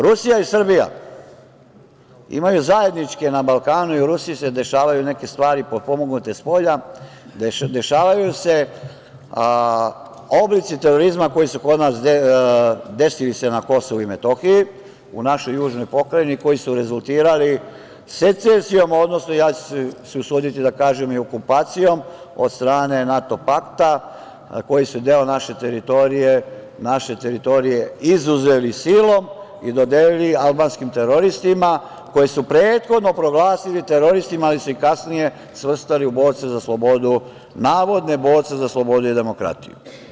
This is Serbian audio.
Rusija i Srbija imaju zajedničke, na Balkanu i u Rusiji se dešavaju neke stvari potpomognute spolja, dešavaju se oblici terorizma koji su se kod nas desili na Kosovu i Metohiji, u našoj južnoj pokrajini, koji su rezultirali secesijom, odnosno ja ću se usuditi da kažem i okupacijom od strane NATO pakta, koji su deo naše teritorije izuzeli silom i dodelili albanskim teroristima, koje su prethodno proglasili teroristima, ali se i kasnije svrstali u borce za slobodu, navodne borce za slobodu i demokratiju.